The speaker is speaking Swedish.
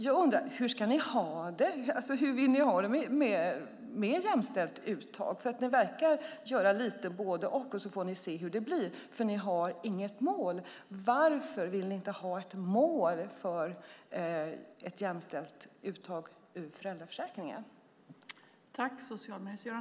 Jag undrar: Hur ska ni ha det? Hur vill ni ha det med jämställt uttag? Ni verkar göra både-och, och så får ni se hur det blir. Ni har inget mål. Varför vill ni inte ha ett mål för ett jämställt uttag i föräldraförsäkringen?